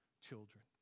children